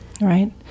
Right